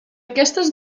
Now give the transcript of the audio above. aquestes